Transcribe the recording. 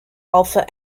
alpha